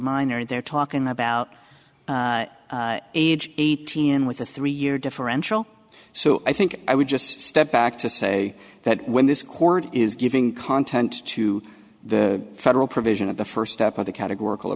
minor they're talking about age eighteen with a three year differential so i think i would just step back to say that when this court is giving content to the federal provision of the first step of the categor